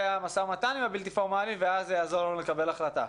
המשא ומתן עם הבלתי פורמלי ואז זה יעזור לנו לקבל החלטה.